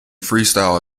freestyle